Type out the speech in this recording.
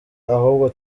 ahubwo